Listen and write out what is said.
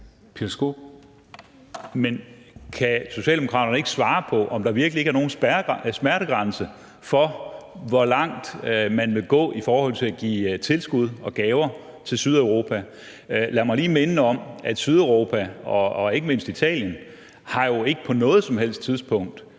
Men kan Socialdemokraterne ikke svare på, om der virkelig ikke er nogen smertegrænse for, hvor langt man vil gå i forhold til at give tilskud og gaver til Sydeuropa? Lad mig lige minde om, at Sydeuropa og ikke mindst Italien jo ikke på noget som helst tidspunkt